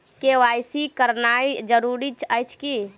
KYC करानाइ जरूरी अछि की?